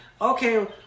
Okay